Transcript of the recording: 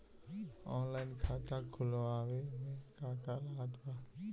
Online खाता खुलवावे मे का का लागत बा?